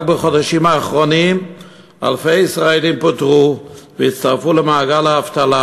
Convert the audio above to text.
רק בחודשים האחרונים אלפי ישראלים פוטרו והצטרפו למעגל האבטלה.